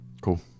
Cool